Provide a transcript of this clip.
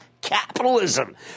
capitalism